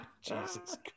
Jesus